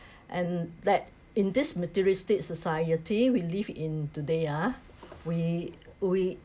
and that in this materialistic society we live in today ah we we